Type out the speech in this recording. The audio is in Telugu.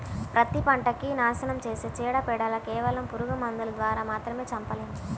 పత్తి పంటకి నాశనం చేసే చీడ, పీడలను కేవలం పురుగు మందుల ద్వారా మాత్రమే చంపలేము